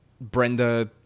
Brenda